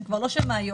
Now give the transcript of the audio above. שהן כבר לא שמאיות,